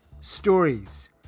stories